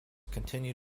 continue